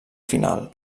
final